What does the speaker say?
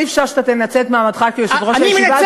אי-אפשר שכל פעם שח"כ ערבי,